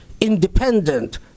independent